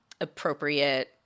appropriate